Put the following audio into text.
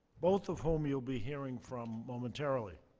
both of whom you'll be hearing from momentarily.